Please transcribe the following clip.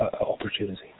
opportunity